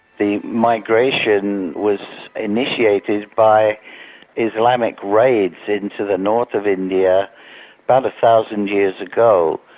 the migration was initiated by islamic raids into the north of india about a thousand years ago,